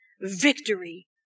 victory